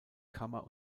kammer